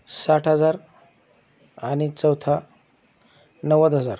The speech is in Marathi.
साठ हजार आणि चौथा नव्वद हजार